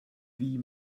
wie